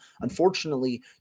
Unfortunately